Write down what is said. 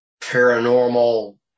paranormal